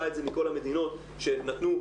מכל המדינות שנתנו.